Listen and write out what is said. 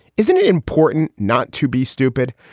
isn't it important not to be stupid?